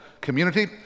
community